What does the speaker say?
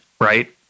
right